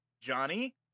Johnny